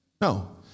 No